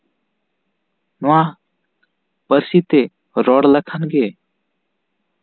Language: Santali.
ᱱᱚᱣᱟ ᱯᱟᱹᱨᱥᱤᱛᱮ ᱨᱚᱲ ᱞᱮᱠᱷᱟᱱ ᱜᱮ